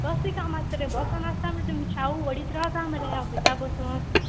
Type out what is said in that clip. कसली कामां आसता रे बसोन आसता मरे तुमी चाव वोडीत रावता मरे ऑफिसा बसोन